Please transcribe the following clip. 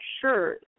sure